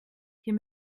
hier